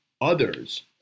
others